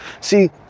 See